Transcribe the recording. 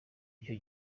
icyo